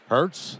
Hurts